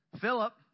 Philip